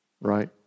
right